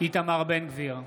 איתמר בן גביר,